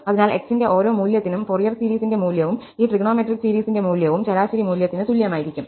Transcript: അതിനാൽ x ന്റെ ഓരോ മൂല്യത്തിനും ഫോറിയർ സീരീസിന്റെ മൂല്യവും ഈ ട്രിഗണോമെട്രിക് സീരീസിന്റെ മൂല്യവും ശരാശരി മൂല്യത്തിന് തുല്യമായിരിക്കും